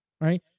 right